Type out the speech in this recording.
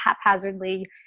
haphazardly